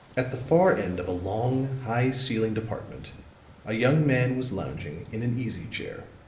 at the far end of a long, high-ceilinged apartment a young man was lounging in an easy-chair.